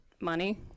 money